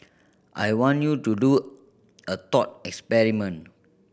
I want you to do a thought experiment